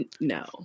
No